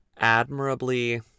admirably